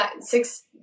six